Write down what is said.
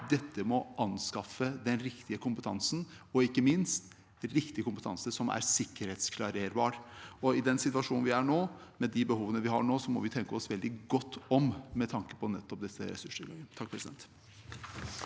KVU: å anskaffe den riktige kompetansen og ikke minst riktig kompetanse som er sikkerhetsklarerbar. I den situasjonen vi er i nå, med de behovene vi har nå, må vi tenke oss veldig godt om med tanke på disse ressursene. Statsråd